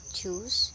choose